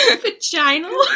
Vaginal